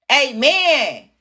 Amen